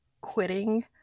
quitting